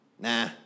nah